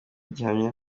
gihamya